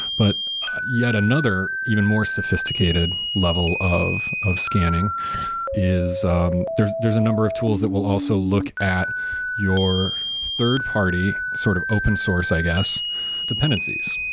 but yet another even more sophisticated level of of scanning is um there's there's a number of tools that will also look at your third-party sort of open source, i guess dependencies.